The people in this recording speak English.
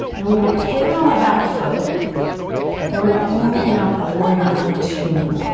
then we're gonna pivot on the back foot and we're gonna open up warrior two.